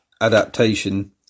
adaptation